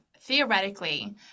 theoretically